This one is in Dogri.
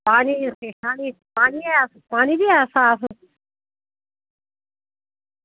पानी पानी बी ऐ साफ